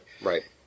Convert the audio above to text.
right